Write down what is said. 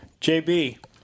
JB